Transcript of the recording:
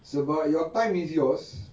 sebab your time is yours